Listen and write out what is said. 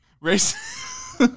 race